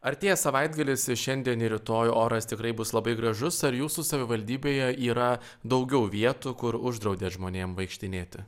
artėja savaitgalis ir šiandien ir rytoj oras tikrai bus labai gražus ar jūsų savivaldybėje yra daugiau vietų kur uždraudėt žmonėm vaikštinėti